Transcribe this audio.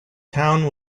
town